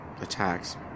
attacks